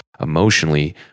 emotionally